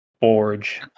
Forge